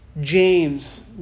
James